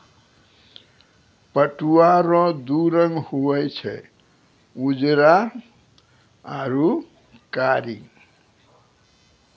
पटुआ रो दू रंग हुवे छै उजरा आरू कारी